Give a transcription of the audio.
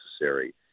necessary